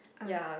ah